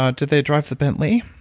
ah did they drive the bentley?